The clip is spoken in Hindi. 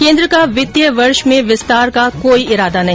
केन्द्र का वित्तीय वर्ष में विस्तार का कोई इरादा नहीं